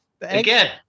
Again